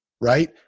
right